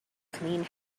clean